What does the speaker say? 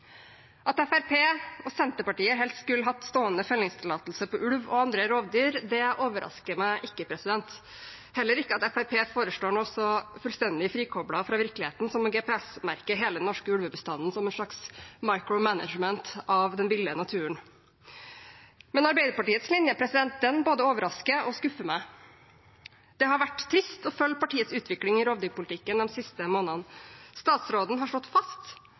At Fremskrittspartiet og Senterpartiet helst skulle hatt stående fellingstillatelse på ulv og andre rovdyr, overrasker meg ikke. Heller ikke at Fremskrittspartiet foreslår noe så fullstendig frikoblet fra virkeligheten som å GPS-merke hele den norske ulvebestanden, som en slags «micro management» av den ville naturen. Men Arbeiderpartiets linje både overrasker og skuffer meg. Det har vært trist å følge partiets utvikling i rovdyrpolitikken de siste månedene. Statsråden har slått fast